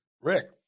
Rick